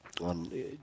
on